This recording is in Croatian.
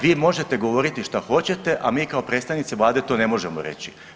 Vi možete govoriti što hoćete, a mi kao predstavnici Vlade to ne možemo reći.